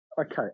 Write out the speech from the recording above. Okay